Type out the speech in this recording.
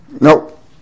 Nope